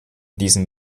diesen